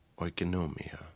oikonomia